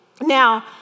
Now